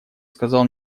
сказал